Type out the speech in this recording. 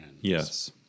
Yes